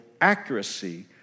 accuracy